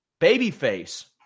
babyface